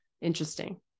Interesting